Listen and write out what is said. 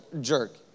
jerk